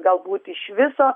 galbūt iš viso